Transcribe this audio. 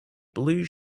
blue